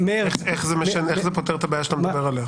איך זה פותר את הבעיה שאתה מדבר עליה?